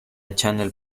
channel